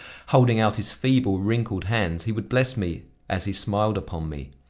holding out his feeble, wrinkled hands he would bless me as he smiled upon me.